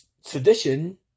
sedition